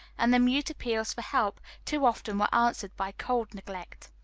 and the mute appeals for help too often were answered by cold neglect.